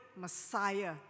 Messiah